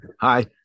Hi